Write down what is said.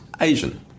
Asian